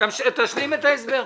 תשלים את ההסבר.